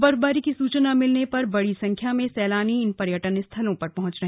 बर्फबारी की सूचना मिलने पर बड़ी संख्या में सैलानी इन पर्यटन स्थलों पर पहुंचे